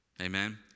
amen